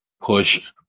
push